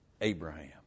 Abraham